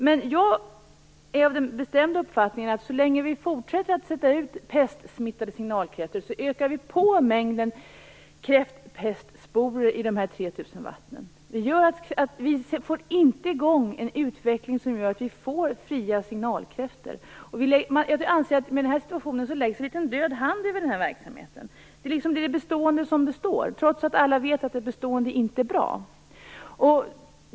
Men jag är av den bestämda uppfattningen att vi, så länge vi fortsätter att sätta ut pestsmittade signalkräftor, ökar på mängden kräftpestsporer i de 3 000 vattnen. Vi får inte i gång någon utveckling mot fria signalkräftor. Jag anser att det läggs en död hand över verksamheten. Det är det bestående som består, trots att alla vet att det bestående inte är bra.